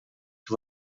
que